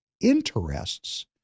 interests